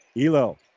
Elo